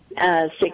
six